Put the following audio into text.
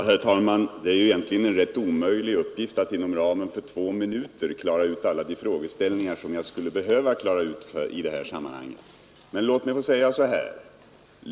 Herr talman! Det är egentligen en rätt omöjlig uppgift att inom ramen för två minuter klara ut alla de frågeställningar som jag skulle behöva beröra ut i detta sammanhang. Men låt mig få säga följande.